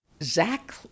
Zach